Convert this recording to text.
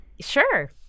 Sure